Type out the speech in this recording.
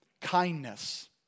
kindness